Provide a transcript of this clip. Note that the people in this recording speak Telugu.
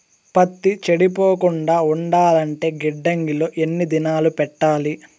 పత్తి చెడిపోకుండా ఉండాలంటే గిడ్డంగి లో ఎన్ని దినాలు పెట్టాలి?